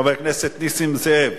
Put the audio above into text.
חבר הכנסת נסים זאב.